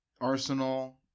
Arsenal